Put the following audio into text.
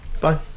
bye